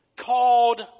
called